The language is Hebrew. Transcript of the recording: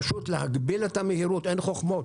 פשוט להגביל את המהירות, אין חוכמות.